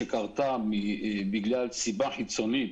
שקרתה בגלל סיבה חיצונית